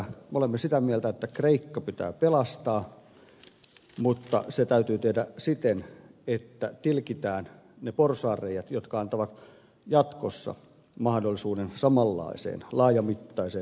me olemme sitä mieltä että kreikka pitää pelastaa mutta se täytyy tehdä siten että tilkitään ne porsaanreiät jotka antavat jatkossa mahdollisuuden samanlaiseen laajamittaiseen hyväksikäyttöön